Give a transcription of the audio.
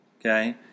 Okay